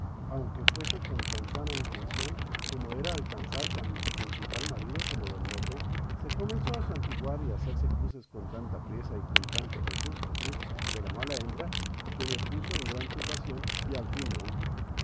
aunque fuese con tan sana intención como era alcanz ar tan principal marido como don lope se comenzó a santiguar y a hacerse cruces con tanta priesa y con tanto jesús jesús de la mala hembra que me puso en gran turbación y al fin me dijo